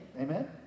Amen